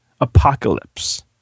Apocalypse